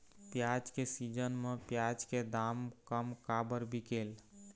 प्याज के सीजन म प्याज के दाम कम काबर बिकेल?